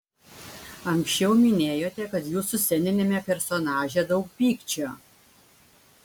anksčiau minėjote kad jūsų sceniniame personaže daug pykčio